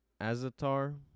Azatar